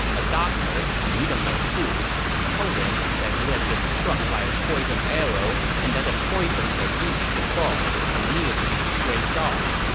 a doctor and we don't know who told him that he had been struck by a poison arrow and that the poison had reached the bone and needed to be scraped off.